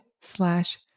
slash